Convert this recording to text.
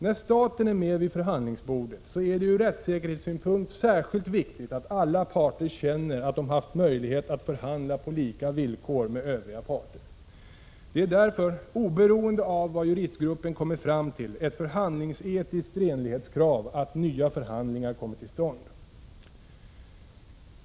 När staten är med vid förhandlingsbordet är det ur rättssäkerhetssynpunkt särskilt viktigt att alla parter känner att de haft möjlighet att förhandla på lika villkor med övriga parter. Det är därför, oberoende av vad juristgruppen kommer fram till, ett förhandlingsetiskt renlighetskrav att nya förhandlingar kommer till stånd.